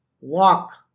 walk